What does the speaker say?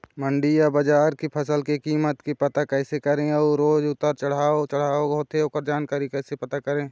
बजार या मंडी के फसल के कीमत के पता कैसे करें अऊ रोज उतर चढ़व चढ़व होथे ओकर जानकारी कैसे पता करें?